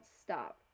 stop